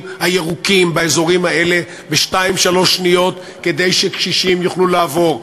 באזורים האלה בשתיים-שלוש שניות כדי שקשישים יוכלו לעבור.